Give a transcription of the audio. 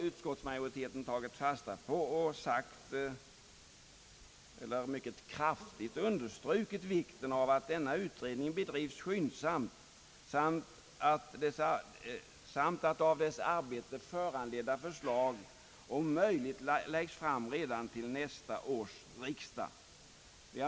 Utskottsmajoriteten har tagit fasta på detta och mycket kraftigt understrukit vikten av att denna utredning bedrives skyndsamt samt att av dess arbete föranledda förslag om möjligt läggs fram redan till nästa års riksdag.